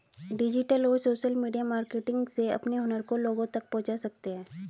digital और social media marketing से अपने हुनर को लोगो तक पहुंचा सकते है